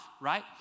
right